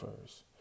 first